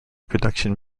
production